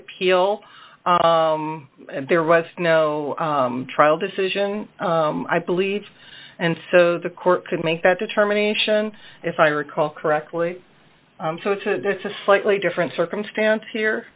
appeal and there was no trial decision i believe and so the court could make that determination if i recall correctly so it's a slightly different circumstance here